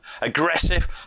aggressive